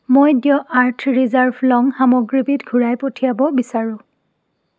মই the earth reserve long সামগ্ৰীবিধ ঘূৰাই পঠিয়াব বিচাৰোঁ